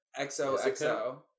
XOXO